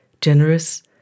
generous